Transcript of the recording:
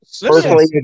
Personally